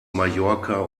mallorca